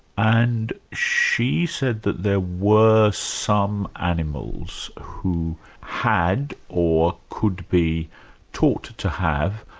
and she said that there were some animals who had or could be taught to have,